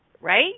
right